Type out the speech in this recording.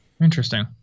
Interesting